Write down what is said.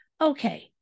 okay